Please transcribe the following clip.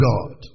God